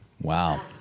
Wow